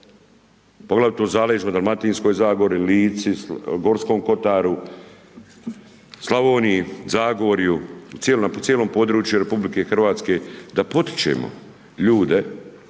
poglavito u zaleđima, Dalmatinskoj zagori, Lici, Gorskom kotaru, Slavoniji, Zagorju, cijelom području RH, da potičemo ljude